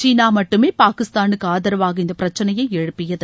சீனா மட்டுமே பாகிஸ்தானுக்கு ஆதரவாக இந்த பிரச்னையை எழுப்பியது